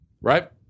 right